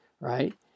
right